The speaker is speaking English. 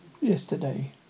Yesterday